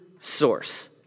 source